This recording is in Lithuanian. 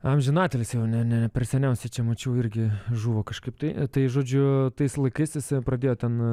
amžinatilsį jau ne ne per seniausiai čia mačiau irgi žuvo kažkaip tai tai žodžiu tais laikais jisai pradėjo ten